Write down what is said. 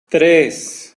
tres